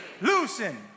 loosen